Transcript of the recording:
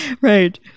Right